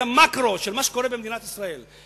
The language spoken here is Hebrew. את המקרו של מה שקורה במדינת ישראל.